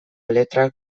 letrak